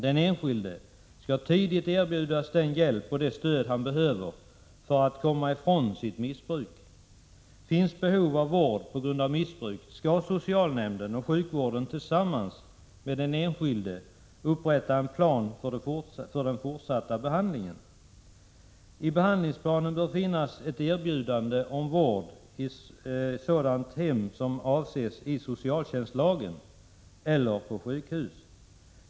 Den enskilde skall tidigt erbjudas den hjälp och det stöd han behöver för att komma ifrån sitt missbruk. Finns behov av vård på grund av missbruk, skall socialnämnden och sjukvården tillsammans med den enskilde upprätta en plan för den fortsatta behandlingen. I behandlingsplanen bör finnas ett erbjudande om vård i sådant hem som avses i socialtjänstlagen, eller på sjukhus.